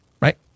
right